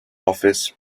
office